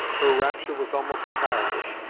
her rapture was almost childish,